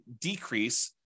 decrease